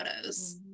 photos